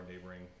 neighboring